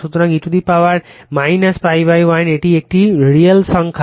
সুতরাং e to the power π l এটি একটি রিয়েল সংখ্যা